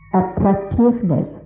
attractiveness